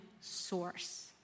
source